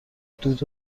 دود